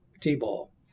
t-ball